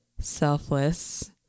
selfless